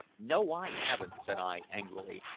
no, i haven't said i angrily,